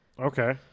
Okay